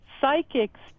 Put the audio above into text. Psychics